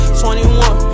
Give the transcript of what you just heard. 21